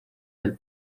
del